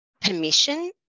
permission